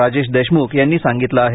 राजेश देशमुख यांनी सांगितलं आहे